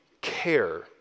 care